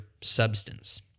substance